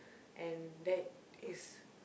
and that is